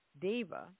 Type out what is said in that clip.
Diva